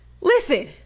listen